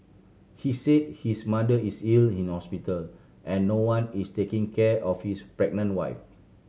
he said his mother is ill in hospital and no one is taking care of his pregnant wife